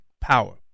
power